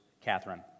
Catherine